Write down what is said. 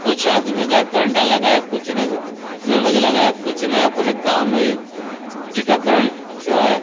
कुछ आदमी जा कर करंडा लगाए कुछ ने ननगंज लगाया कुछ ने अपने गाँव में ही टीकाकरण से